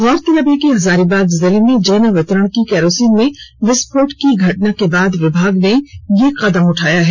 गौरतलब है कि हजारीबाग जिले में जन वितरण की किरोसिन में विस्फोट की घटना के बाद विभाग ने यह कदम उठाया है